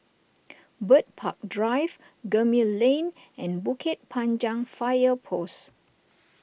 Bird Park Drive Gemmill Lane and Bukit Panjang Fire Post